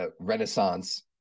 Renaissance